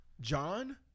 John